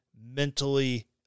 mentally